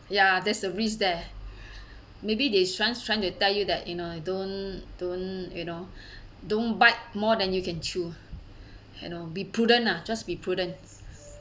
ya there's a risk there maybe they trying trying to tell you that you know don't don't you know don't bite more than you can chew you know be prudent ah just be prudent